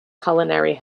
culinary